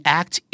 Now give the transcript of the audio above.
act